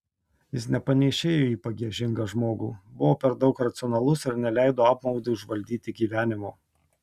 jis nepanėšėjo į pagiežingą žmogų buvo per daug racionalus ir neleido apmaudui užvaldyti gyvenimo